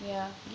yeah